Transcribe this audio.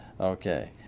Okay